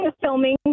filming